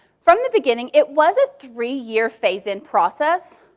from the beginning, it was a three year phase in process,